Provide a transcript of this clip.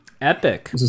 Epic